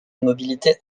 mobilité